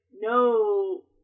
No